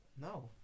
No